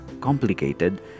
complicated